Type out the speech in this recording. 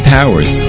Powers